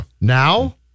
Now